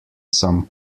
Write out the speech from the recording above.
some